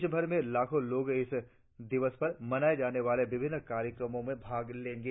देशभर में लाखों लोग इस दिवस पर मनाये जाने वाले विभिन्न कार्यक्रमों में भाग लेंगे